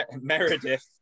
Meredith